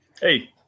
Hey